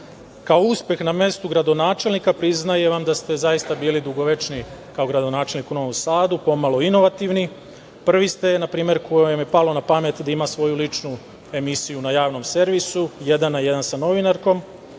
ide. Kao uspeh na mestu gradonačelnika, priznajem vam da ste zaista bili dugovečni kao gradonačelnik u Novom Sadu, pomalo inovativni, prvi ste, na primer, kome je palo na pamet da ima svoju ličnu emisiju na javnom servisu, jedan na jedan sa novinarkom,